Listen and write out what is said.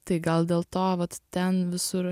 tai gal dėl to vat ten visur aš